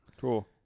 cool